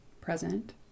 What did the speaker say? present